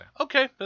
Okay